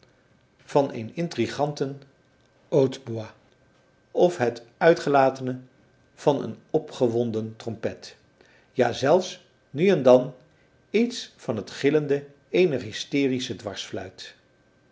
van een intriganten hautbois of het uitgelatene van een opgewonden trompet ja zelfs nu en dan iets van het gillende eener hysterische dwarsfluit